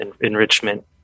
enrichment